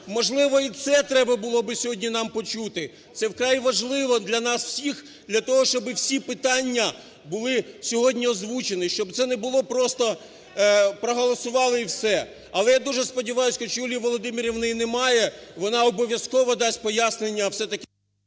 Можливо, і це треба було би сьогодні нам почути? Це вкрай важливо для нас всіх, для того, щоби всі питання були сьогодні озвучені, щоб це не було - просто проголосували і все. Але я дуже сподіваюсь, хоч Юлії Володимирівни і немає, вона обов'язково дасть пояснення все-таки…